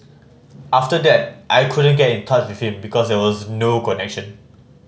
after that I couldn't get in touch with him because there was no connection